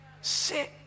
Sit